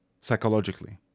psychologically